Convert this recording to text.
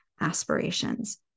aspirations